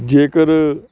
ਜੇਕਰ